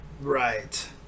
Right